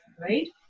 Right